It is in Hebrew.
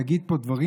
להגיד פה דברים,